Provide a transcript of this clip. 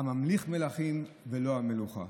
הממליך מלכים ולו המלוכה".